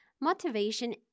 motivation